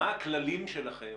מה הכללים שלכם